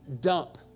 dump